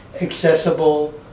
accessible